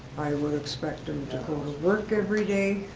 i would expect him to go to work everyday.